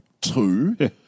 two